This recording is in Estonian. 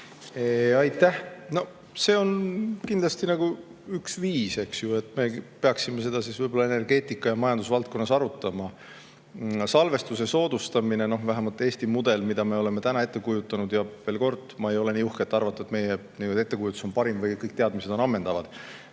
Aitäh! See on kindlasti üks viis, eks ju. Me peaksime seda siis võib-olla energeetika ja majanduse valdkonnas arutama. Salvestuse soodustamiseks, vähemalt Eesti mudeli järgi, mida me oleme ette kujutanud – ja veel kord: ma ei ole nii uhke, et arvata, et meie ettekujutus on parim või et kõik teadmised on ammendavad,